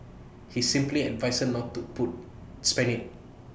he simply advised her not to put spend IT